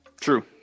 True